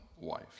wife